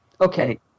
Okay